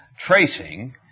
tracing